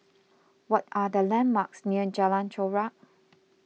what are the landmarks near Jalan Chorak